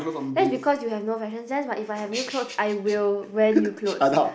that's because you have no fashion sense but if I have new clothes I will wear new clothes